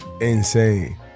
insane